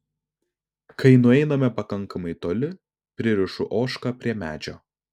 kai nueiname pakankamai toli pririšu ožką prie medžio